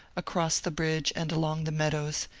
across the bridge and along the meadows,